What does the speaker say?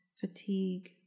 fatigue